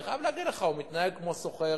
אני חייב להגיד לך שהוא מתנהל כמו סוחר